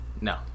no